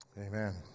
Amen